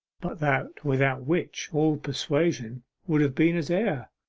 but that without which all persuasion would have been as air,